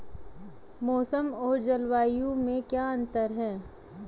मौसम और जलवायु में क्या अंतर?